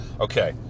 Okay